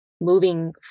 moving